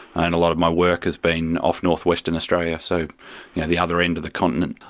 and a lot of my work has been off north-western australia, so yeah the other end of the continent.